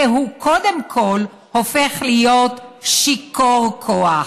כי הוא קודם כול הופך להיות שיכור כוח.